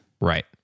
Right